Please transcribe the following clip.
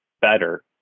better